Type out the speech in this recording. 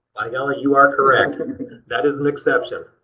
by golly you are correct! and that is an exception!